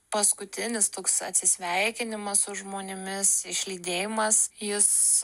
paskutinis toks atsisveikinimas su žmonėmis išlydėjimas jis